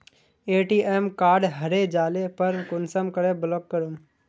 ATM card हरे जाले पर कुंसम के ब्लॉक करूम?